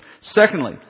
Secondly